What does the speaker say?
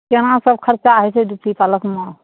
हँ केना सब खर्चा होइ छै ब्यूटी पार्लरमे